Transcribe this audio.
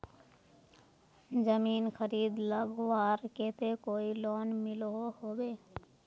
जमीन खरीद लगवार केते कोई लोन मिलोहो होबे?